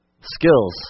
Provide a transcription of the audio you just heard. Skills